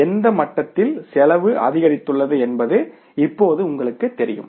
எந்த மட்டத்தில் செலவு அதிகரித்துள்ளது என்பது உங்களுக்குத் தெரியும்